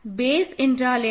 base என்றால் என்ன